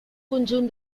conjunt